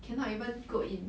cannot even go in